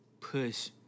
push